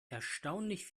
erstaunlich